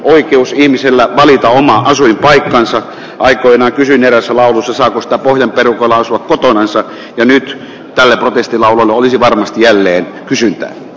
oikeus nimisellä valita asuinpaikkansa aikoina kysyin eräässä laulussa saadusta pohjan perukoilla asua kehnoissa ja nyt täällä aavistella olisi varmasti ellei kyse